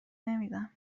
نمیدم